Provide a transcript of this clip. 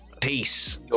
peace